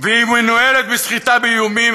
והיא מנוהלת בסחיטה באיומים.